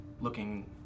looking